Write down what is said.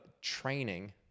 training